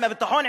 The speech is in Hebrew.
עם הביטחון,